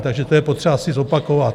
Takže to je třeba si zopakovat.